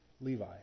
Levi